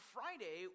Friday